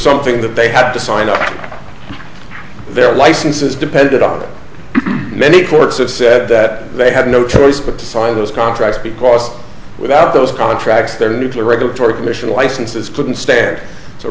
something that they had to sign up their licenses depended on many courts have said that they had no choice but to sign those contracts because without those contracts their nuclear regulatory commission licenses couldn't stand to